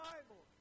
Bible